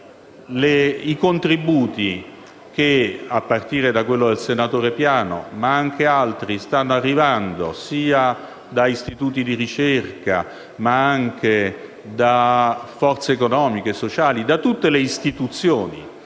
i contributi che, a partire da quello del senatore Piano, stanno arrivando dagli istituti di ricerca, dalle forze economiche e sociali e da tutte le istituzioni.